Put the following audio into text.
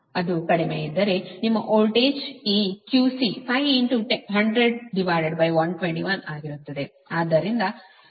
ಅದು ಕಡಿಮೆ ಇದ್ದರೆ ನಿಮ್ಮ ವೋಲ್ಟೇಜ್ ಈ QC 5100121 ಆಗಿರುತ್ತದೆ